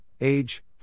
age